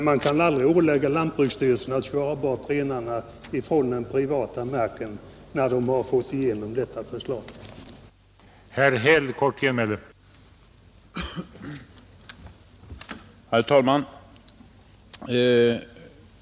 Man kan aldrig ålägga lantbruksnämnden att köra bort renarena ifrån den privata marken när man har fått igenom detta förslag, för lantbruksnämnden kan ge tillstånd utan att vare sig markägare är med på det eller inte.